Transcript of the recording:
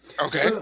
Okay